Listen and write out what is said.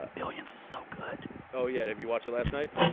ah billions was so good oh, yeah. have you watched it last night?